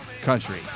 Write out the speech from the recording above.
country